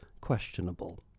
questionable